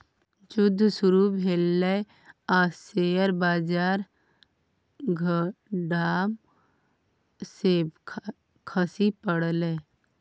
जुद्ध शुरू भेलै आ शेयर बजार धड़ाम सँ खसि पड़लै